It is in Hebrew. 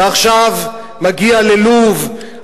ועכשיו מגיע ללוב,